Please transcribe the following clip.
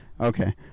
Okay